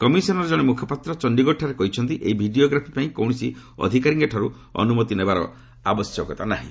କମିଶନ୍ର ଜଣେ ମୁଖପାତ୍ର ଚଣ୍ଡିଗଡ଼ଠାରେ କହିଛନ୍ତି ଯେ ଏହି ଭିଡ଼ିଓ ଗ୍ରାଫି ପାଇଁ କୌଣସି ଅଧିକାରୀଙ୍କଠାରୁ ଅନୁମତି ନେବାର ଆବଶ୍ୟକତା ନାହିଁ